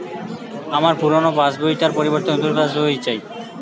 আমার পুরানো passbook টার পরিবর্তে নতুন পাশ বই চাই